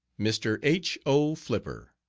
mr. h. o. flipper.